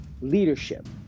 leadership